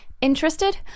Interested